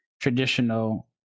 traditional